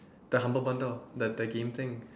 the humble bundle the the game thing